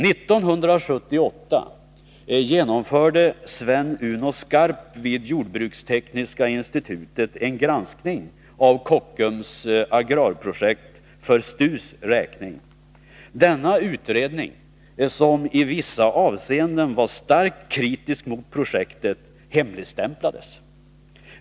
1978 genomförde Sven Uno Skarp vid jordbrukstekniska institutet en granskning av Kockums agrarprojekt för STU:s räkning. Denna utredning, som i vissa avseenden var starkt kritisk mot projektet, hemligstämplades.